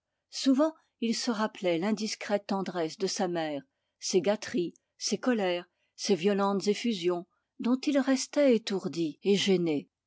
souvent il se rappelait l'indiscrète tendresse de sa mère ses gâteries ses colères ses violentes effusions dont il restait étourdi et gêné